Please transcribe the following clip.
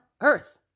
earth